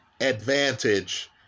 advantage